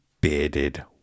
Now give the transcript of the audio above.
Bearded